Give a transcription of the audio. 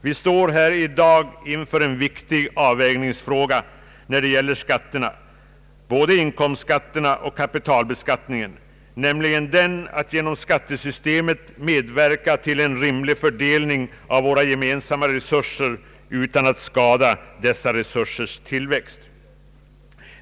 Vi står här i dag inför en viktig Statsverkspropositionen m.m. avvägningsfråga när det gäller skatterna, både inkomstskatten och kapitalbeskattningen, nämligen att genom skattesystemet medverka till en rimlig fördelning av våra gemensamma resurser utan att skada dessa resursers tillväxt.